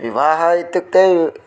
विवाहः इत्युक्ते